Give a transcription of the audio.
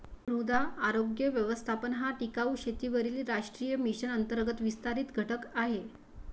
मृदा आरोग्य व्यवस्थापन हा टिकाऊ शेतीवरील राष्ट्रीय मिशन अंतर्गत विस्तारित घटक आहे